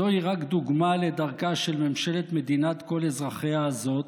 זוהי רק דוגמה לדרכה של ממשלת מדינת כל אזרחיה הזאת,